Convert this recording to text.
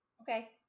Okay